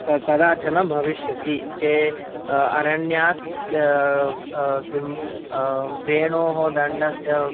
कदाचन भविष्यति ते अरण्यात् किं वेणोः दण्डस्य